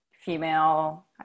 female